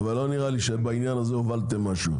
מצוין, אבל לא נראה לי שבעניין הזה הובלתם משהו.